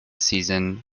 season